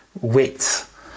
width